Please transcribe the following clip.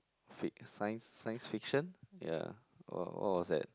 fic~ science science fiction ya what what was that